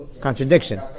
contradiction